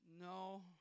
No